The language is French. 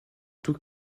tout